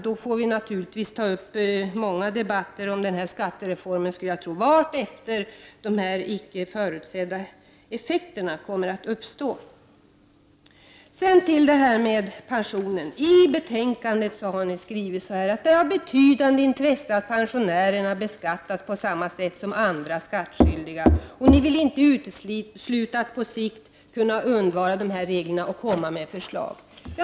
Då får ni naturligtvis ta upp många debatter om denna skattereform, skulle jag tro, vartefter de här icke förutsedda effekterna kommer att uppstå. Sedan till detta med pensionen. I betänkandet har ni skrivit: Det är av betydande intresse att pensionärerna beskattas på samma sätt som andra skattskyldiga. Ni vill inte utesluta att på sikt kunna undvara dessa regler och komma med förslag.